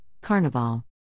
Carnival